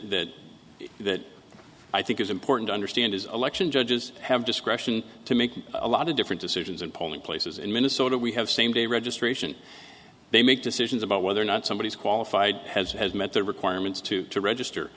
that i think is important to understand is election judges have discretion to make a lot of different decisions in polling places in minnesota we have same day registration they make decisions about whether or not somebody is qualified has or has met the requirements to to register